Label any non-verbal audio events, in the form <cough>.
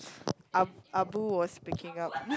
<noise> Ab~ Abu was speaking up <noise>